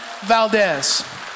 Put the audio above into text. Valdez